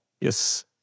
Yes